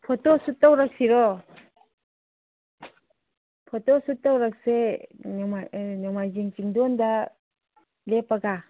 photoshoot ꯇꯧꯔꯛꯁꯤꯔꯣ photoshoot ꯇꯧꯔꯛꯁꯦ ꯅꯣꯡꯃꯥꯏꯖꯤꯡ ꯆꯤꯡꯗꯣꯟꯗ ꯂꯦꯞꯄꯒ